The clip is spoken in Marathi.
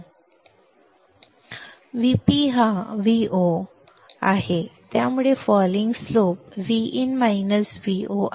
Vp हा Vo आहे त्यामुळे फॉलींग स्लोप Vin - Vo आहे